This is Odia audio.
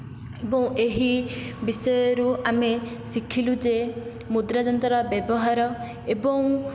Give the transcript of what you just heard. ଏବଂ ଏହି ବିଷୟରୁ ଆମେ ଶିଖିଲୁ ଯେ ମୁଦ୍ରାଯନ୍ତ୍ର ର ବ୍ୟବହାର ଏବଂ